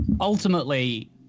ultimately